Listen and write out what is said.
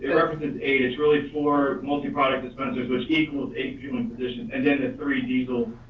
represents eight, it's really four multi-product dispensers, which equals eight fueling positions. and then the three diesel,